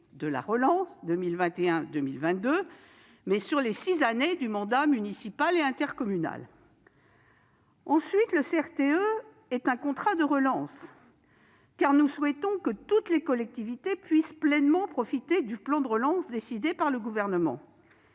de la relance, 2021 et 2022, mais bien durant les six années du mandat municipal et intercommunal. Ensuite, le CRTE est un contrat de relance, car nous souhaitons que toutes les collectivités puissent pleinement bénéficier du plan de relance décidé par le Gouvernement.